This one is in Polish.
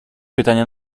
pytania